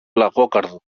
λαγόκαρδου